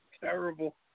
Terrible